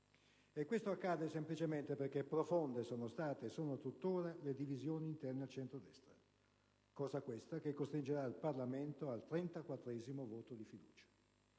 E questo accade semplicemente perché profonde sono state e sono tuttora le divisioni interne al centrodestra. Cosa questa che costringerà il Parlamento al 34 voto di fiducia.